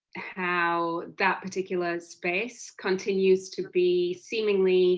how that particular space continues to be seemingly